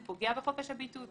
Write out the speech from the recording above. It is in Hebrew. הוא פוגע בחופש הביטוי,